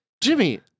Jimmy